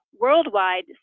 worldwide